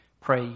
pray